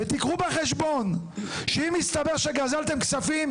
ותיקחו בחשבון שאם יסתבר שגזלתם כספים,